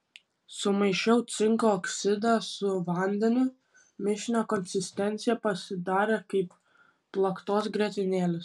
sumaišiau cinko oksidą su vandeniu mišinio konsistencija pasidarė kaip plaktos grietinėlės